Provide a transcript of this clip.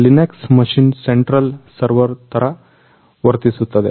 Linux machine central server ತರಾ ವರ್ತಿಸುತ್ತದೆ